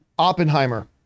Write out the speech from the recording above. oppenheimer